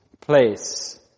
place